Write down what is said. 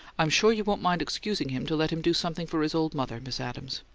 i'm sure you won't mind excusing him to let him do something for his old mother, miss adams.